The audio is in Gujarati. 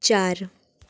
ચાર